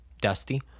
Dusty